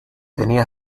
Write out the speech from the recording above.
tenía